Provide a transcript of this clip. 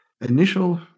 initial